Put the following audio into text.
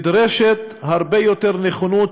נדרשת הרבה יותר נכונות,